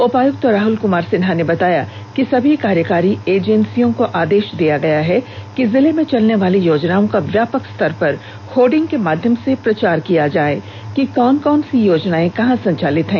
उपाय्क्त राहुल कुमार सिन्हा ने बताया कि समी कार्यकारी एजेंसियों को आदेश दिया है कि जिले में चलने वाली योजनाओं का व्यापक स्तर पर होर्डिंग के माध्यम से प्रचार किया जाय कि कौन कौन सी योजनाए कहां संचालित है